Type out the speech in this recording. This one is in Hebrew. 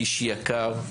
איש יקר,